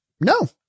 No